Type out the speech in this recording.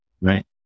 Right